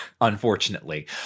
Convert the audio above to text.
Unfortunately